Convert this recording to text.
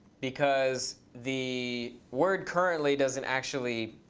because the word currently doesn't actually